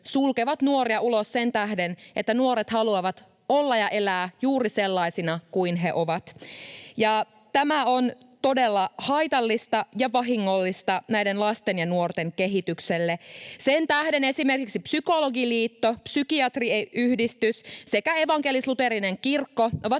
sulkevat nuoria ulos sen tähden, että nuoret haluavat olla ja elää juuri sellaisina kuin he ovat, ja tämä on todella haitallista ja vahingollista näiden lasten ja nuorten kehitykselle. [Päivi Räsänen: Missä niitä eheytyshoitoja annetaan?] Sen tähden esimerkiksi Psykologiliitto, Psykiatriyhdistys sekä evankelis-luterilainen kirkko